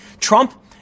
Trump